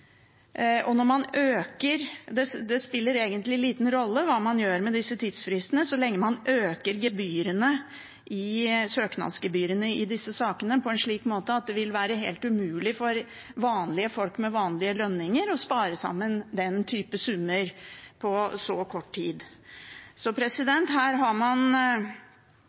Og når man øker – det spiller egentlig liten rolle hva man gjør med disse tidsfristene, så lenge man øker søknadsgebyrene i disse sakene på en slik måte at det vil være helt umulig for vanlige folk med vanlige lønninger å spare sammen den type summer på så kort tid. Her har man